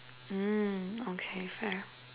mm okay fair